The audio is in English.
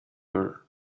her